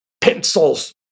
pencils